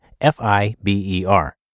F-I-B-E-R